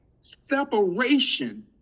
separation